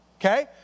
Okay